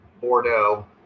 Bordeaux